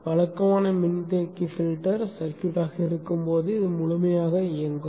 வழக்கமான மின்தேக்கி பில்டர் சர்க்யூட்டாக இருக்கும் போது இது முழுமையாக இயங்கும்